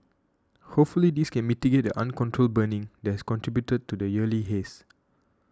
hopefully this can mitigate the uncontrolled burning that has contributed to the yearly haze